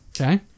Okay